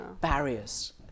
barriers